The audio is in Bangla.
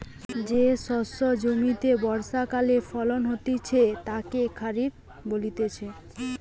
যে শস্য জমিতে বর্ষাকালে ফলন হতিছে তাকে খরিফ বলতিছে